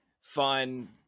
fun